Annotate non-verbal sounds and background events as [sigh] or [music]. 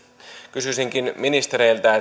kysyisinkin ministereiltä [unintelligible]